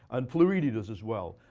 and floridi does as well.